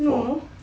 no